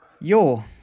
Yo